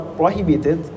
prohibited